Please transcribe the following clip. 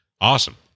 Awesome